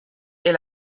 est